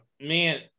man